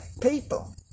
people